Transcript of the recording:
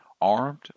armed